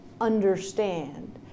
understand